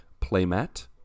playmat